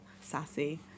sassy